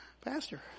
pastor